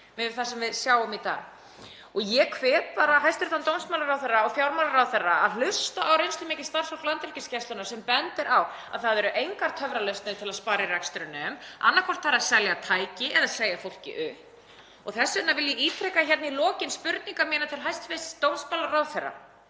við það sem við sjáum í dag. Ég hvet hæstv. dómsmálaráðherra og fjármálaráðherra að hlusta á reynslumikið starfsfólk Landhelgisgæslunnar sem bendir á að það eru engar töfralausnir til að spara í rekstrinum, annaðhvort þarf að selja tæki eða segja fólki upp. Þess vegna vil ég ítreka hérna í lokin spurningar mínar til hæstv. dómsmálaráðherra: